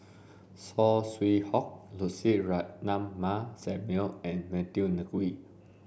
Saw Swee Hock Lucy Ratnammah Samuel and Matthew Ngui